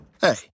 Hey